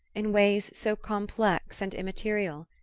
in ways so complex and immaterial.